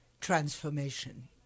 transformation